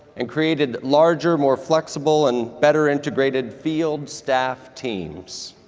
and created larger, more flexible and better integrated field staff teams.